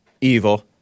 evil